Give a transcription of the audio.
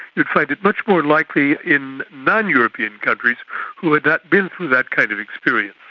you'd find it much more likely in non-european countries who had not been through that kind of experience.